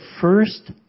first